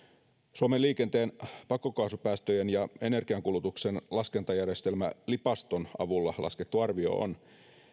suomen liikenteen pakokaasupäästöjen ja energiankulutuksen laskentajärjestelmän lipaston avulla laskettu arvio on